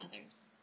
others